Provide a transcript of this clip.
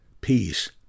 peace